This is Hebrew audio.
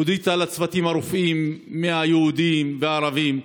הודית לצוותים הרפואיים היהודיים והערביים,